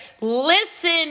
Listen